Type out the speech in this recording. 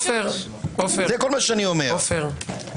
עופר,